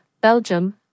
Belgium